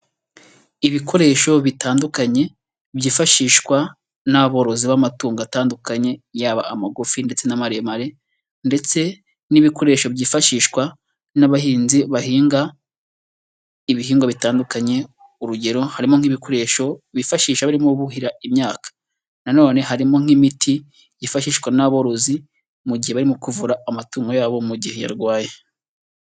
Ibikoresho bitandukanye byifashishwa n'aborozi b'amatungo atandukanye yaba amagufi ndetse n'amaremare, ndetse n'ibikoresho byifashishwa n'abahinzi bahinga ibihingwa bitandukanye, urugero harimo nk'ibikoresho bifashisha barimo buhira imyaka, nanone harimo nk'imiti yifashishwa n'aborozi mu gihe barimo kuvura amatungo yabo mu gihe yarwaye.